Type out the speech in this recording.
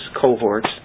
cohorts